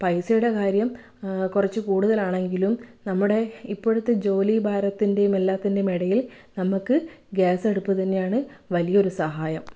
പൈസയുടെ കാര്യം കുറച്ച് കൂടുതലാണെങ്കിലും നമ്മുടെ ഇപ്പോഴത്തെ ജോലി ഭാരത്തിൻ്റെയും എല്ലാത്തിൻ്റെയും ഇടയിൽ നമുക്ക് ഗ്യാസ് അടുപ്പ് തന്നെയാണ് വലിയൊരു സഹായം